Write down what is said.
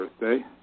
birthday